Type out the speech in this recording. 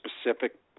specific